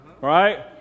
Right